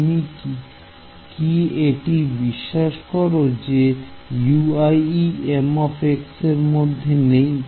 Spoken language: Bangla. তুমি কি এটি বিশ্বাস করো যে Wm এরমধ্যে নেই